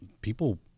people